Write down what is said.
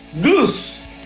Goose